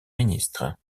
ministre